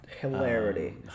Hilarity